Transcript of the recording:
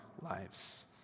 lives